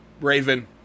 Raven